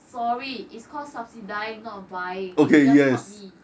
sorry it's called subsidying not buying you just taught me